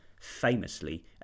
famously